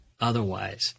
otherwise